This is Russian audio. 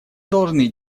должны